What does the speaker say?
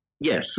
Yes